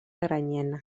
granyena